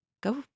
go